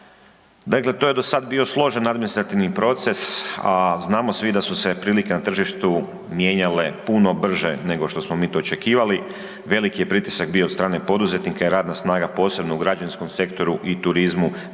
dakle to je do sada bio složen administrativni proces, a znamo svi da su se prilike na tržištu mijenjale puno brže nego što smo mi to očekivali. Veliki je pritisak bio od strane poduzetnika i radna snaga posebno u građevinskom sektoru i turizmu